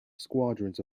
squadrons